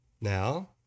Now